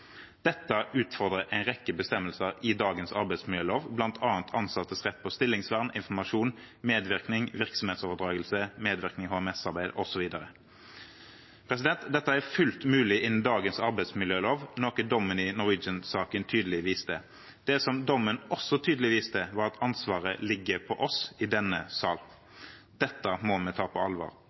Dette utfordrer en rekke bestemmelser i dagens arbeidsmiljølov, bl.a. ansattes rett til stillingsvern, informasjon, medvirkning ved virksomhetsoverdragelse, medvirkning i HMS-arbeid, osv. Dette er fullt mulig innenfor dagens arbeidsmiljølov, noe dommen i Norwegian-saken tydelig viser. Det som dommen også tydelig viser, er at ansvaret ligger på oss i denne salen. Dette må vi ta på alvor.